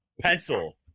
pencil